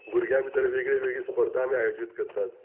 भुरग्यां भितर वेगळी वेगळी स्पर्धा आमी आयोजीत करतात